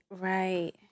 right